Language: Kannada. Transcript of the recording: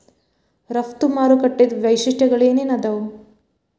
ರಫ್ತು ಮಾರುಕಟ್ಟಿದ್ ವೈಶಿಷ್ಟ್ಯಗಳೇನೇನ್ ಆದಾವು?